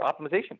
optimization